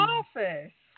office